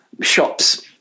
shops